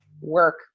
work